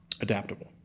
adaptable